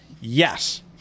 Yes